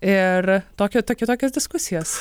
ir tokia tokio tokios diskusijos